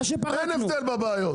אין הבדל בבעיות.